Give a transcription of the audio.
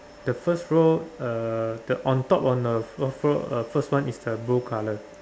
the first row uh the on top on a floor floor uh first one is the blue colour